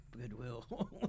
Goodwill